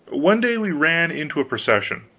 one day we ran into a procession.